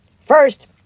First